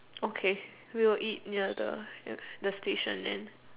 okay we will eat near the near the station then